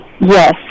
Yes